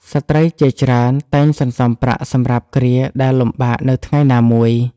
ស្ត្រីជាច្រើនតែងសន្សំប្រាក់សម្រាប់គ្រាដែលលំបាកនៅថ្ងៃណាមួយ។